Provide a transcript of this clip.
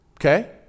Okay